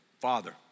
Father